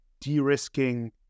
de-risking